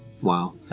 Wow